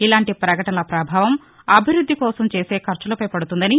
ఇలాంటి ప్రకటనల ప్రభావం అభివృద్ది కోసం చేసే ఖర్చులపై పదుతుందని